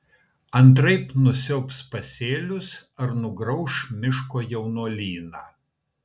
antraip nusiaubs pasėlius ar nugrauš miško jaunuolyną